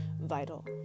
vital